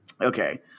Okay